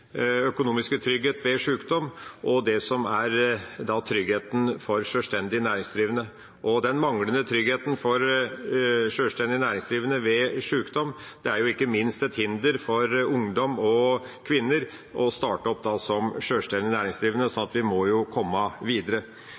økonomiske trygghet ved sykdom og det som er tryggheten for sjølstendig næringsdrivende. Den manglende tryggheten for sjølstendig næringsdrivende ved sykdom er ikke minst et hinder for ungdom og kvinner når det gjelder å starte som sjølstendig næringsdrivende. Så vi må komme videre.